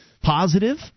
positive